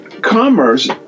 commerce